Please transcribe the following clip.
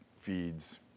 feeds